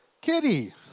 Kitty